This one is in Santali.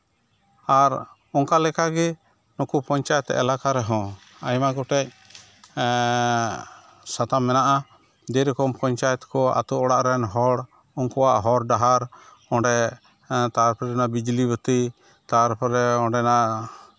ᱟᱨ ᱚᱱᱠᱟ ᱞᱮᱠᱟᱜᱮ ᱱᱩᱠᱩ ᱯᱚᱧᱪᱟᱭᱮᱛ ᱮᱞᱟᱠᱟ ᱨᱮᱦᱚᱸ ᱟᱭᱢᱟ ᱜᱚᱴᱮᱡ ᱥᱟᱛᱟᱢ ᱢᱮᱱᱟᱜᱼᱟ ᱡᱮᱨᱚᱠᱚᱢ ᱥᱟᱛᱟᱢ ᱢᱮᱱᱟᱜᱼᱟ ᱡᱮᱨᱚᱠᱚᱢ ᱯᱚᱧᱪᱟᱭᱮᱛ ᱠᱚ ᱟᱛᱳ ᱚᱲᱟᱜ ᱨᱮᱱ ᱦᱚᱲ ᱩᱱᱠᱩᱣᱟᱜ ᱦᱚᱨ ᱰᱟᱦᱟᱨ ᱚᱸᱰᱮ ᱛᱟᱨᱯᱚᱨᱮ ᱱᱚᱣᱟ ᱵᱤᱡᱽᱞᱤ ᱵᱟᱹᱛᱤ ᱛᱟᱨᱯᱚᱨᱮ ᱚᱸᱰᱮᱱᱟᱜ